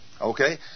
Okay